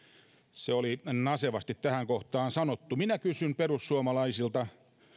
se oli nasevasti tähän kohtaa sanottu minä kysyn perussuomalaisilta